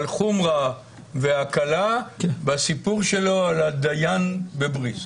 חומרה והקלה והסיפור שלו על הדיין בבריסק.